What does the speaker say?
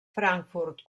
frankfurt